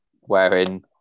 wearing